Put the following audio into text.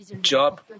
Job